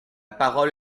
parole